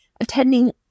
attending